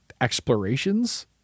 Explorations